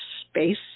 space